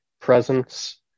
presence